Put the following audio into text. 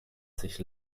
sich